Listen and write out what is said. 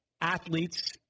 athletes